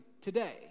today